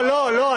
לא, לא.